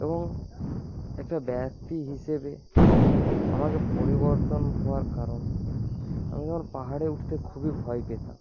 এবং একটা ব্যক্তি হিসেবে আমাকে পরিবর্তন হওয়ার কারণ আমি তখন পাহাড়ে উঠতে খুবই ভয় পেতাম